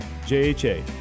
JHA